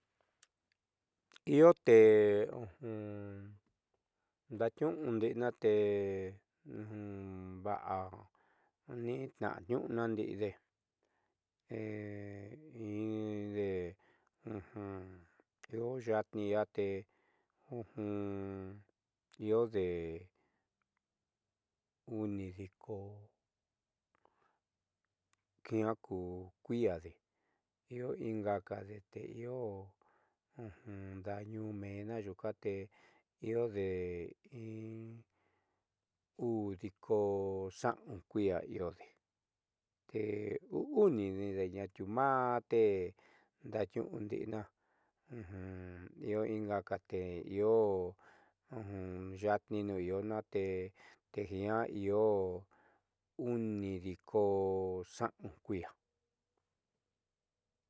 Io te nda'atniu'undi'ina te va'a tniitna'a tniu'una ndi'ide inde io yaatnii i'iate i'iode uni diko jiaá ku kui'iade io ingakade te iio daa ñuun meenna yuunka te i'iode in u'udiko sa'au kui'ia i'iode te uu uninidee ñaatiuu maa te ndatniu'u ndi'ina io ingakate io ya'atnii nuun i'iona te tejiaa i'io uni diko sa'au kui'ia.